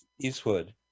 Eastwood